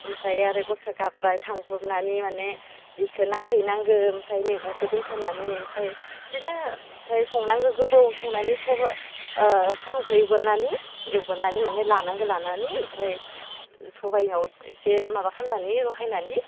ओमफ्राय आरो गथसा गाब्बाय थांब्रबनानि माने बेखो नाहैनांगो आमफ्राय मेगंखो दोन्थ'नानि आमफ्राय इदिनो ओमफाय संनांगो गोबाव संनानि सबाइ सामुखो एवगोरनानि एवगोरनानि माने लानांगो लानानि ओमफ्राय सबाइयाव इसे माबा खालामनानि रहायनानि